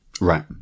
Right